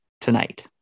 tonight